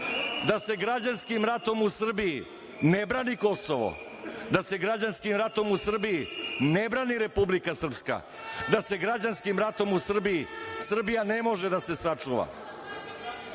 da se građanskim ratom u Srbiji ne brani Kosovo, da se građanskim ratom u Srbiji ne brani Republika Srpska, da se građanskim ratom u Srbiji Srbija ne može sačuvati.